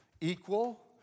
Equal